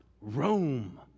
Rome